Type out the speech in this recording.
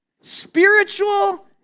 spiritual